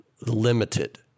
limited